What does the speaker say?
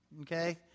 Okay